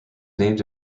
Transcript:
named